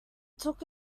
took